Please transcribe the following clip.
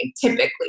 typically